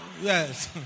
Yes